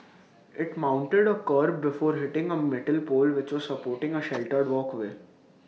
IT mounted A kerb before hitting A metal pole which was supporting A sheltered walkway